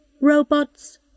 robots